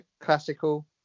classical